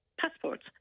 passports